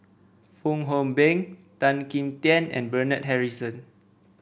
Fong Hoe Beng Tan Kim Tian and Bernard Harrison